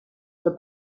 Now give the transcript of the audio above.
für